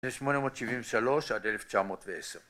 בין שמונה מאות שבעים שלוש עד אלף תשע מאות ועשר